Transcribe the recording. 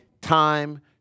Time